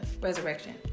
resurrection